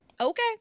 okay